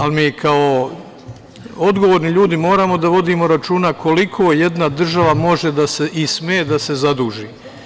Ali mi kao odgovorni ljudi moramo da vodimo računa koliko jedna država može i sme da se zaduži.